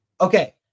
okay